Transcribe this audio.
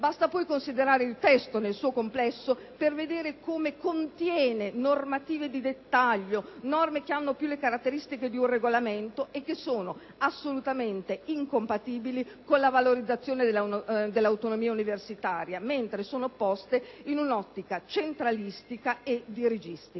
Basta poi considerare il testo nel suo complesso per verificare che contiene normative di dettaglio, disposizioni che hanno più le caratteristiche di un regolamento e che sono assolutamente incompatibili con la valorizzazione dell'autonomia universitaria, disposizioni che, al contrario, sono poste in un'ottica centralistica e dirigistica.